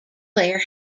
claire